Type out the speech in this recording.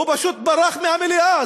הוא פשוט ברח מהמליאה.